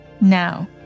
now